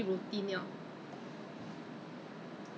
like the whole face is like full with err dust